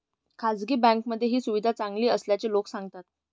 खासगी बँकांमध्ये ही सुविधा चांगली असल्याचे लोक सांगतात